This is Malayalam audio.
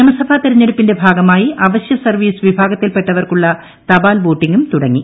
നിയമസഭാ തെരഞ്ഞെടുപ്പിന്റെ ഭാഗമായി അവശ്യ സർവീസ് വിഭാഗത്തിൽപ്പെട്ടവർക്കുള്ള തപാൽ വോട്ടിങ്ങും തുടങ്ങി